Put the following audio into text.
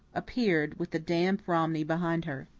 appeared, with the damp romney behind her.